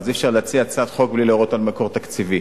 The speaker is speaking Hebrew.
אי-אפשר להציע הצעת חוק מבלי להורות על מקור תקציבי.